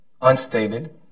unstated